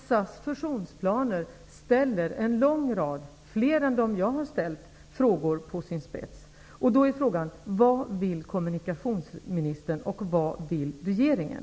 SAS fusionsplaner ställer en lång rad frågor på sin spets, fler än de jag har ställt. Då är frågan: Vad vill kommunikationsministern, och vad vill regeringen?